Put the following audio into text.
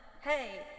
hey